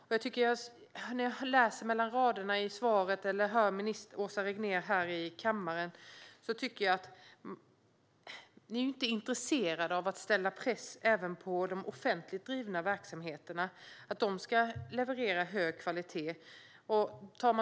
När jag läser mellan raderna i svaret eller hör Åsa Regnér här i kammaren framgår det att ni inte är intresserade av att sätta press även på de offentligt drivna verksamheterna att de ska leverera hög kvalitet.